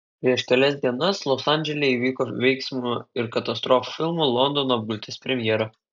prieš kelias dienas los andžele įvyko veiksmo ir katastrofų filmo londono apgultis premjera